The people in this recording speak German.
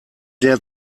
der